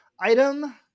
item